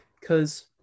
because-